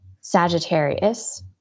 Sagittarius